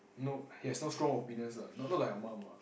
no he has no strong opinion lah not like your mum what